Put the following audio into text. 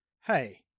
Hey